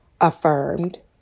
affirmed